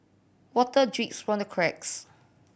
water drips from the cracks